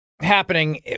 happening